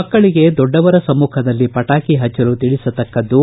ಮಕ್ಕಳಿಗೆ ದೊಡ್ಡವರ ಸಮ್ನುಖದಲ್ಲಿ ಪಟಾಕಿ ಹಚ್ಚಲು ತಿಳಿಸತಕ್ಕದ್ದು